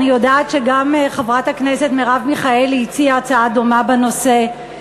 אני יודעת שגם חברת הכנסת מרב מיכאלי הציעה הצעה דומה בנושא,